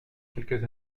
quelques